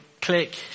click